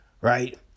Right